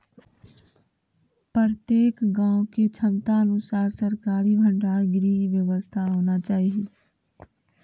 प्रत्येक गाँव के क्षमता अनुसार सरकारी भंडार गृह के व्यवस्था होना चाहिए?